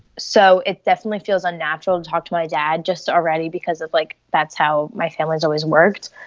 so it definitely feels unnatural to talk to my dad just already, because it's like that's how my family's always worked.